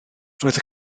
roedd